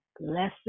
blessing